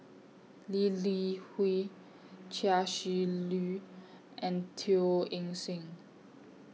Lee Li Hui Chia Shi Lu and Teo Eng Seng